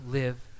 live